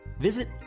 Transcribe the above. Visit